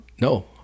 no